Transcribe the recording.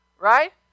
right